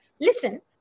listen